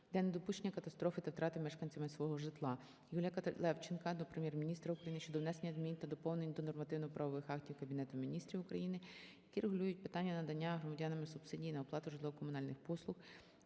для недопущення катастрофи та втрати мешканцями свого житла. Юрія Левченка до Прем'єр-міністра України щодо внесення змін та доповнень до нормативно-правових актів Кабінету Міністрів України, які регулюють питання надання громадянам субсидій на оплату житлово-комунальних послуг,